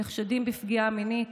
נחשדים בפגיעה מינית.